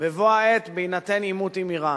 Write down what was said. בבוא העת, בהינתן עימות עם אירן,